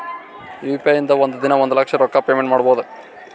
U P I ಇಂದ ಒಂದ್ ದಿನಾ ಒಂದ ಲಕ್ಷ ರೊಕ್ಕಾ ಪೇಮೆಂಟ್ ಮಾಡ್ಬೋದ್